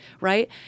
right